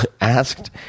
asked